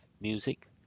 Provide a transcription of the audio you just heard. music